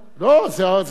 זו העוצמה.